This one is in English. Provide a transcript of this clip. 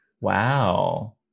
Wow